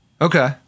Okay